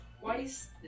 twice